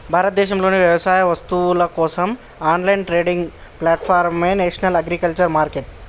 భారతదేశంలోని వ్యవసాయ వస్తువుల కోసం ఆన్లైన్ ట్రేడింగ్ ప్లాట్ఫారమే నేషనల్ అగ్రికల్చర్ మార్కెట్